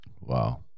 wow